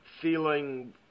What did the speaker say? feeling